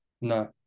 No